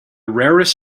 rarest